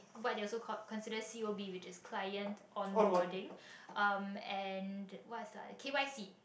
what they also called consider C_O_B which is client onboarding um and what's that ah K_Y_C